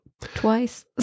twice